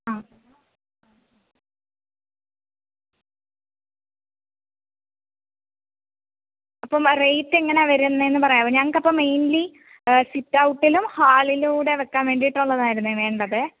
ആ അപ്പം ആ റേറ്റ് എങ്ങനെയാണ് വരുന്നത് എന്ന് പറയാമോ ഞങ്ങൾക്ക് അപ്പോൾ മെയിൻലി സിറ്റ്ഔട്ടിലും ഹാളിലും കൂടെ വെയ്ക്കാൻ വേണ്ടിട്ടുള്ളതായിരുന്നു വേണ്ടത്